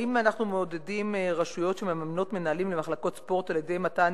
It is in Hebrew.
האם אנחנו מעודדים רשויות שממנות מנהלים למחלקות ספורט על-ידי מתן